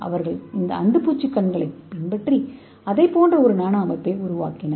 அவர்கள் இந்த அந்துப்பூச்சி கண்களைப் பின்பற்றி அதைப் போன்ற ஒரு நானோ அமைப்பை உருவாக்கினர்